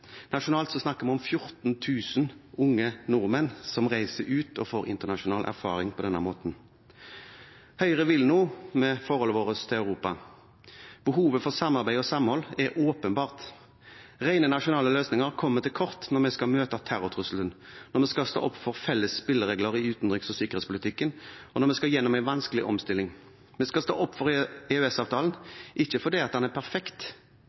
snakker vi om 14 000 unge nordmenn som reiser ut og får internasjonal erfaring på denne måten. Høyre vil noe med forholdet vårt til Europa. Behovet for samarbeid og samhold er åpenbart. Rene nasjonale løsninger kommer til kort når vi skal møte terrortrusselen, når vi skal stå opp for felles spilleregler i utenriks- og sikkerhetspolitikken, og når vi skal gjennom en vanskelig omstilling. Vi skal stå opp for EØS-avtalen, ikke fordi den er perfekt,